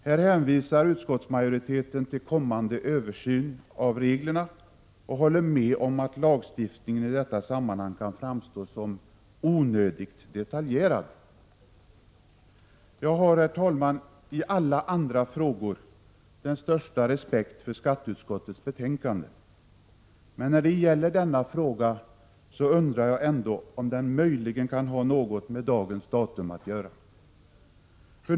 Här hänvisar utskottsmajoriteten till kommande översyn av reglerna och håller med om att lagstiftningen i detta sammanhang kan framstå som onödigt detaljerad. Jag har, herr talman, i alla andra frågor den största respekt för skatteutskottets betänkanden, men när det gäller denna fråga undrar jag ändå om den möjligen kan ha något med dagens datum att göra.